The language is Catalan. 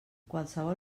qualsevol